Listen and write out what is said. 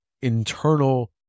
internal